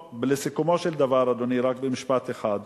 לסיכומו של דבר, אדוני, רק משפט אחד.